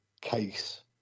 case